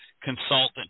consultant